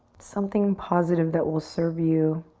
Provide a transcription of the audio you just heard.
something positive that will serve you